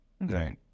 Right